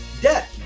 debt